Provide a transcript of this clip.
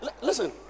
Listen